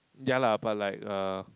ya lah but like err